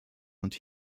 und